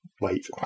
wait